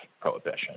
prohibition